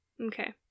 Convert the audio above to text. Okay